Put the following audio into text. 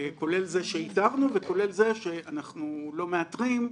כולל זה שאיתרנו וכולל זה שאנחנו לא מאתרים,